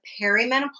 perimenopausal